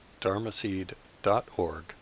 dharmaseed.org